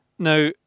Now